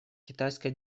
китайская